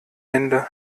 ende